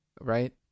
right